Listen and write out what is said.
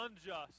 unjust